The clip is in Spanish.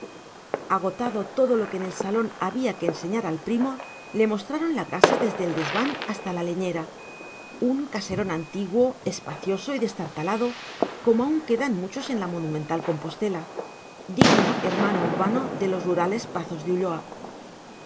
agotado todo lo que en el salón había que enseñar al primo le mostraron la casa desde el desván hasta la leñera un caserón antiguo espacioso y destartalado como aún quedan muchos en la monumental compostela digno hermano urbano de los rurales pazos de ulloa en